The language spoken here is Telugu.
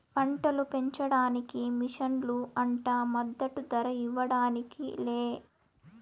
పంటలు పెంచడానికి మిషన్లు అంట మద్దదు ధర ఇవ్వడానికి లే